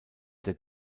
der